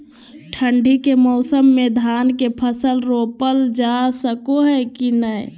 ठंडी के मौसम में धान के फसल रोपल जा सको है कि नय?